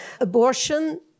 abortion